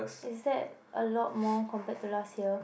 is that a lot more compared to last year